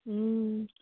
ꯎꯝ